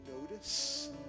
notice